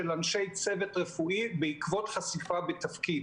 אנשי צוות רפואי בעקבות חשיפה בתפקיד.